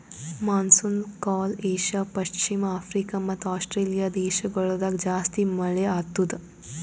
monsoon ಕಾಲ Asia, ಪಶ್ಚಿಮ Africa ಮತ್ತ ಆಸ್ಟ್ರೇಲಿಯಾ ದೇಶಗೊಳ್ದಾಗ್ ಜಾಸ್ತಿ ಮಳೆ ಆತ್ತುದ್